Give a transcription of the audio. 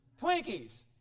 Twinkies